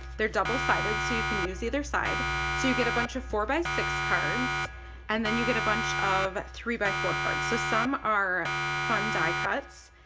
they're double-sided so you can use either side so you get a bunch of four x six cards and then you get a bunch of three by four cards so some are fun die-cut,